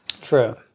True